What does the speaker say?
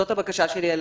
זאת הבקשה שלי אליך.